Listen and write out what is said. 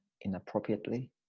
inappropriately